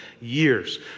years